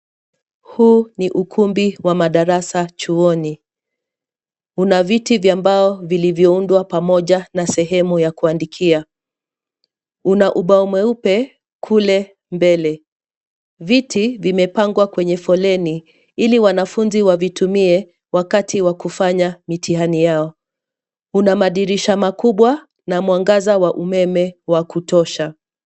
Huu ni ukumbi wa madarasa chuoni. Una viti vya mbao vilivyoundwa pamoja na sehemu ya kuandikia. Una ubao mweupe kule mbele. Viti vimepangwa kwenye foleni ili wanafunzi wavitumie wakati wa kufanya mitihani yao. Una madirisha makubwa na mwangaza wa umeme wa kutosha.